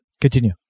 continue